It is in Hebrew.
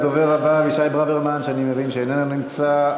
הדובר הבא, אבישי ברוורמן, אני מבין שאיננו נמצא.